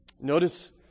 Notice